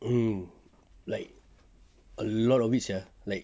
um like a lot of it sia like